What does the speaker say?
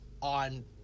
on